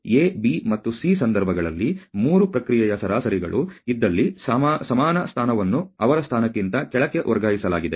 A B ಮತ್ತು C ಸಂದರ್ಭದಲ್ಲಿ 3 ಪ್ರಕ್ರಿಯೆಯ ಸರಾಸರಿಗಳು ಇದ್ದಲ್ಲಿ ಸಮಾನ ಸ್ಥಾನವನ್ನು ಅವರ ಸ್ಥಾನಕ್ಕಿಂತ ಕೆಳಕ್ಕೆ ವರ್ಗಾಯಿಸಲಾಗಿದೆ